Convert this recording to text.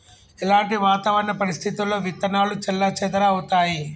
ఎలాంటి వాతావరణ పరిస్థితుల్లో విత్తనాలు చెల్లాచెదరవుతయీ?